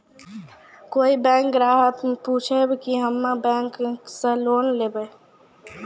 कोई बैंक ग्राहक पुछेब की हम्मे बैंक से लोन लेबऽ?